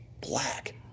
black